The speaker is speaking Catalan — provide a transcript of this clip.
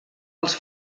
els